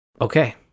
Okay